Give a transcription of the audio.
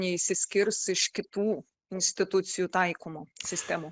neišsiskirs iš kitų institucijų taikomų sistemų